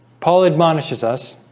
paul admonishes us